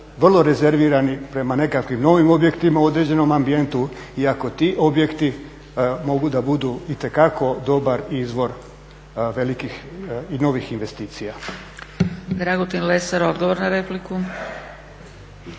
vrlo rezervirani prema nekakvim novim objektima u određenom ambijentu. I ako ti objekti mogu da budu itekako dobar izvor velikih i novih investicija.